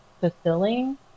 fulfilling